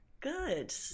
Good